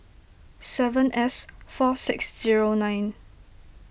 seven S four six zero nine